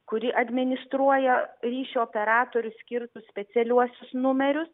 kuri administruoja ryšio operatorių skirtus specialiuosius numerius